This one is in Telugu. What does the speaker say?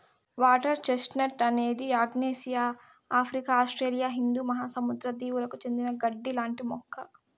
వాటర్ చెస్ట్నట్ అనేది ఆగ్నేయాసియా, ఆఫ్రికా, ఆస్ట్రేలియా హిందూ మహాసముద్ర దీవులకు చెందిన గడ్డి లాంటి మొక్క